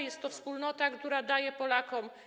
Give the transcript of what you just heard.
Jest to wspólnota, która daje Polakom.